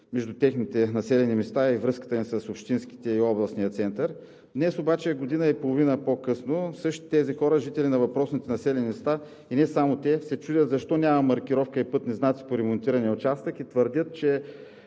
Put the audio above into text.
между техните населени места и връзката им с общинския и областния център. Днес обаче, година и половина по-късно, същите тези хора – жители на въпросните населени места, и не само те, се чудят защо няма маркировка и пътни знаци по ремонтирания участък и твърдят, че